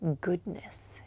goodness